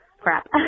crap